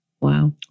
Wow